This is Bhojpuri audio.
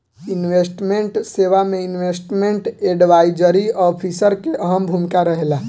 इन्वेस्टमेंट सेवा में इन्वेस्टमेंट एडवाइजरी ऑफिसर के अहम भूमिका रहेला